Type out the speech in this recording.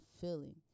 feeling